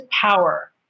power